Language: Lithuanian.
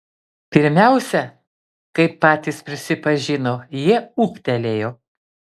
pirmiausia kaip patys prisipažino jie ūgtelėjo